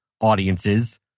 audiences